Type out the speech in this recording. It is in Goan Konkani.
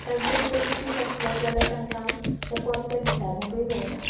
तांचे किदेंय इश्यूस आसले जाल्यार तांकां तें परते विचारुकूंय मेळणा